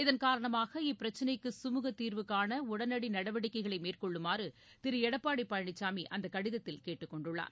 இதன்காரணமாக இப்பிரச்ளைக்குகமுகதீர்வுகாணஉடனடிநடவடிக்கைகளைமேற்கொள்ளுமாறுதிருஎடப்பாடிபழனிசாமிஅந்தகடிதத்தி ல் கேட்டுக்கொண்டுள்ளார்